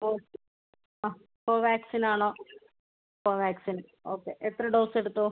okay Covaxin ആണോ Covaxin okay എത്ര dose എടുത്തു